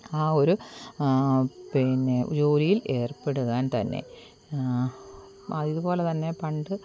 ആ ഒരു പിന്നെ ജോലിയിൽ ഏർപ്പെടുവാൻ തന്നെ ആ ഇത്പോലെ തന്നെ പണ്ട്